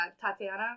Tatiana